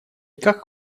как